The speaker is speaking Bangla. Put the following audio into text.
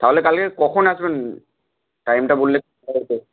তাহলে কালকে কখন আসবেন টাইমটা বললে